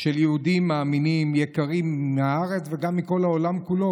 של יהודים מאמינים יקרים מהארץ וגם מכל העולם כולו,